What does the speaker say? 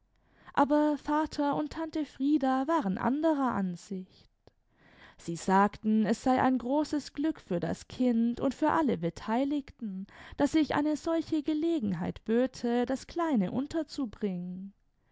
aber vater imd tante frieda waren anderer ansicht sie sagten es sei ein großes glück für das kind und für alle beteiligten daß sich eine solche gelegenheit böte das kleine unterzubringen